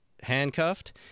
handcuffed